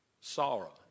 sorrow